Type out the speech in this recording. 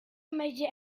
measure